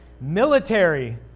military